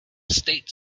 state